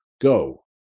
Go